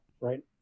Right